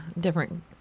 different